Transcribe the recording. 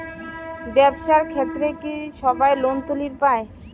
ব্যবসার ক্ষেত্রে কি সবায় লোন তুলির পায়?